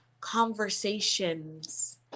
conversations